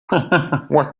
what